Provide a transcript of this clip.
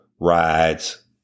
rides